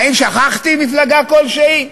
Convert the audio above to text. האם שכחתי מפלגה כלשהי?